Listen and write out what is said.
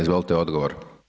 Izvolte odgovor.